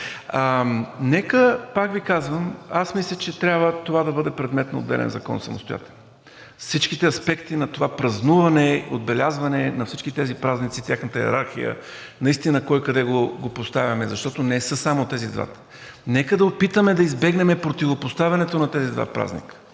Нека, пак Ви казвам, аз мисля, че трябва това да бъде предмет на отделен закон, самостоятелен. Всичките аспекти на това празнуване, отбелязване на всички тези празници, тяхната йерархия, наистина кой къде го поставяме, защото не само тези двата, нека да опитаме да избегнем противопоставянето на тези два празника.